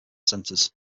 centers